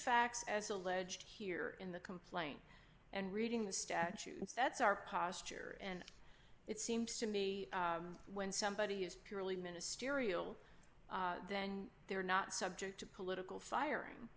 facts as alleged here in the complaint and reading the statute that's our posture and it seems to me when somebody is purely ministerial then they're not subject to political firing